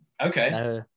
Okay